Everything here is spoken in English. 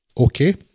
Okay